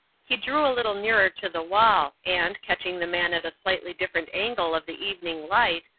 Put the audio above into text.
he drew a little nearer to the wall and, catching the man at a slightly different angle of the evening light,